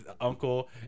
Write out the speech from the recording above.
Uncle